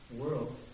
world